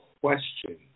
question